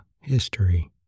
History